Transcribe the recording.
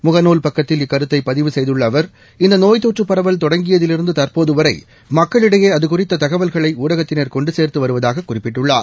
முகநூல் பக்கத்தில் இக்கருத்தை பதிவு செய்துள்ள அவர் இந்த நோய் தொற்று பரவல் தொடங்கியதிலிருந்து தற்போது வரை மக்களிடையே அது குறித்த தகவல்களை ஊடகத்தினா் கொண்டு சேர்து வருவதாகக் குறிப்பிட்டுள்ளார்